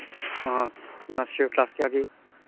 ꯑꯥ ꯅꯁꯤꯔ ꯀ꯭ꯂꯥꯁ ꯀꯌꯥꯒꯤ